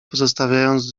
pozostawiając